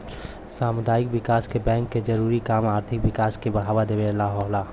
सामुदायिक विकास बैंक के जरूरी काम आर्थिक विकास के बढ़ावा देवल होला